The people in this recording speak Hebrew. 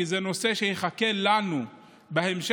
כי זה נושא שיחכה לנו בהמשך.